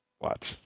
Watch